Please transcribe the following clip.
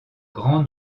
grand